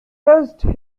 touched